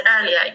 earlier